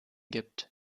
gibt